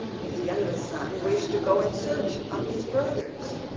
his youngest son wished to go in search of his brothers,